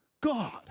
God